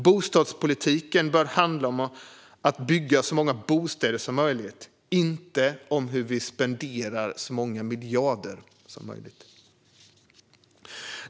Bostadspolitiken bör handla om att bygga så många bostäder som möjligt, inte om hur vi spenderar så många miljarder som möjligt.